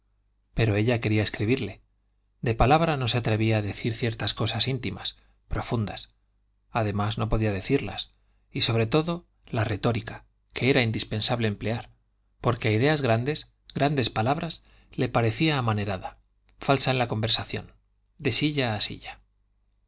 pero ella quería escribirle de palabra no se atrevía a decir ciertas cosas íntimas profundas además no podía decirlas y sobre todo la retórica que era indispensable emplear porque a ideas grandes grandes palabras le parecía amanerada falsa en la conversación de silla a silla